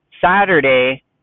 Saturday